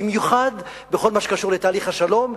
במיוחד בכל מה שקשור לתהליך השלום.